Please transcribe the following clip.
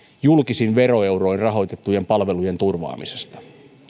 julkisin veroeuroin rahoitettujen palvelujen turvaamisesta